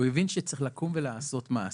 הוא הבין שצריך לקום ולעשות מעשה.